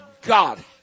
god